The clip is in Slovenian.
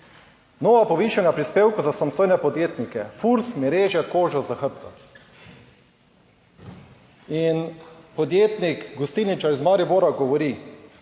Nova povišanja prispevkov za samostojne podjetnike, FURS mi reže kožo za hrbtom. In podjetnik, gostilničar iz Maribora govori,